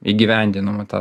įgyvendinome tą